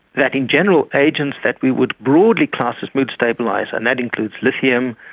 that in general agents that we would broadly class as mood stabiliser, and that includes lithium,